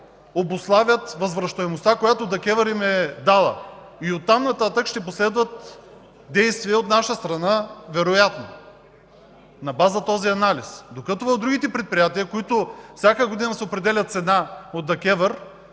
обуславят възвръщаемостта, която ДКЕВР им е дала! Оттам нататък ще последват действия от наша страна вероятно – на база този анализ. Докато в другите предприятия, в които всяка година се определя цена от ДКЕВР,